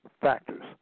factors